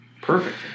perfect